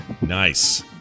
Nice